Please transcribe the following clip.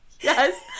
Yes